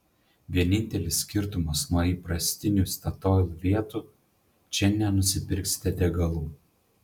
vienintelis skirtumas nuo įprastinių statoil vietų čia nenusipirksite degalų